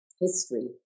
history